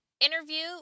interview